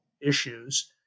issues